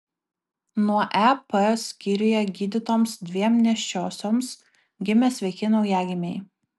nuo ep skyriuje gydytoms dviem nėščiosioms gimė sveiki naujagimiai